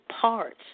parts